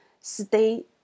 stay